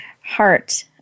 heart